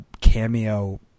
cameo